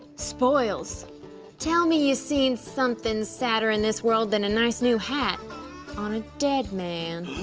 spoils tell me ya seen somethin' sadder in this world than a nice new hat on a dead man.